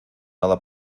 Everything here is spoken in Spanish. nada